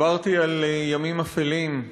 דיברתי על ימים אפלים,